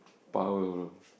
power bro